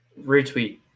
Retweet